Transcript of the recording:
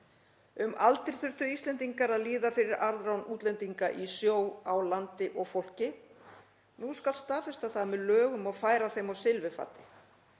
Um aldir þurftu Íslendingar að líða fyrir arðrán útlendinga í sjó, á landi og fólki. Nú skal staðfesta það með lögum og færa þeim á silfurfati.